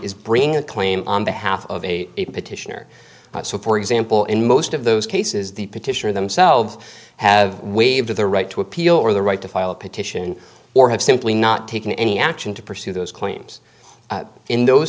is bringing a claim on behalf of a petitioner so for example in most of those cases the petitioner themselves have waived the right to appeal or the right to file a petition or have simply not taken any action to pursue those claims in those